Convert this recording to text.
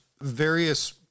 various